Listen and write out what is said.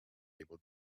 able